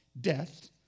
death